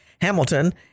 Hamilton